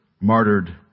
martyred